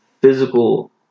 physical